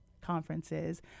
conferences